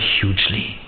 hugely